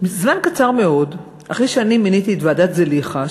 זמן קצר מאוד אחרי שאני מיניתי את ועדת זליכה,